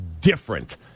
different